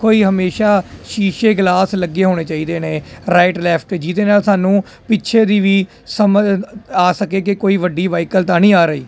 ਕੋਈ ਹਮੇਸ਼ਾ ਸ਼ੀਸ਼ੇ ਗਿਲਾਸ ਲੱਗੇ ਹੋਣੇ ਚਾਹੀਦੇ ਨੇ ਰਾਈਟ ਲੈਫਟ ਜਿਹਦੇ ਨਾਲ ਸਾਨੂੰ ਪਿੱਛੇ ਦੀ ਵੀ ਸਮਝ ਆ ਸਕੇ ਕਿ ਕੋਈ ਵੱਡੀ ਵਹੀਕਲ ਤਾਂ ਨਹੀਂ ਆ ਰਹੀ